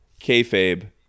kayfabe